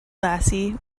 lassie